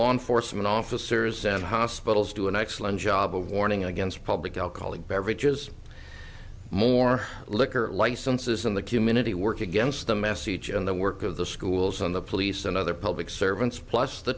law enforcement officers and hospitals do an excellent job of warning against public alcoholic beverages more liquor licenses in the community work against the message in the work of the schools on the police and other public servants plus the